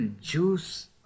juice